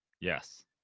Yes